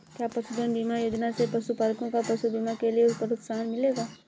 क्या पशुधन बीमा योजना से पशुपालकों को पशु बीमा के लिए प्रोत्साहन मिलेगा?